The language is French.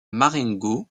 marengo